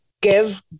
give